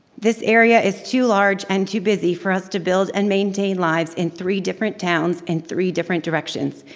this area is too large and too busy for us to build and maintain lives in three different towns, in three different directions.